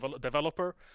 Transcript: developer